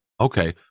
okay